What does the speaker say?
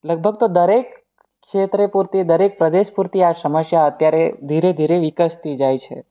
લગભગ તો દરેક ક્ષેત્રે પૂરતી દરેક પ્રદેશ પૂરતી આ સમસ્યા અત્યારે ધીરે ધીરે વિકસતી જાય છે